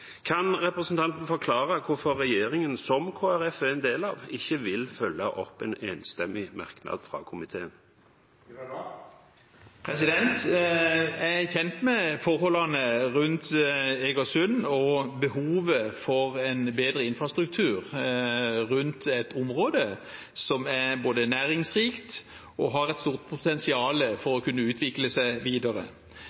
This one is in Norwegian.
Kan representanten forklare hvorfor regjeringen, som Kristelig Folkeparti er en del av, ikke vil følge opp en enstemmig merknad fra komiteen? Jeg er kjent med forholdene rundt Egersund og behovet for en bedre infrastruktur rundt området, som både har et rikt næringsliv og et stort potensial for